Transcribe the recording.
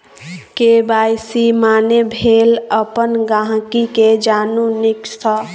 KYC माने भेल अपन गांहिकी केँ जानु नीक सँ